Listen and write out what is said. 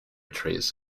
trees